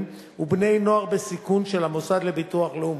ולבני-נוער בסיכון של המוסד לביטוח לאומי,